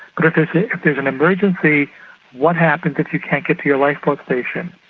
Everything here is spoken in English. but if there's an emergency what happens if you can't get your lifeboat station?